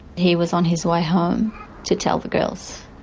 he was on his way home to tell the girls.